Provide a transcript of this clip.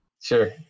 Sure